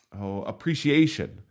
appreciation